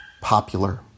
popular